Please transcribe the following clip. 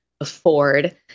afford